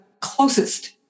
closest